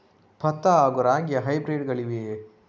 ಭತ್ತ ಹಾಗೂ ರಾಗಿಯ ಹೈಬ್ರಿಡ್ ಗಳಿವೆಯೇ?